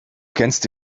kennst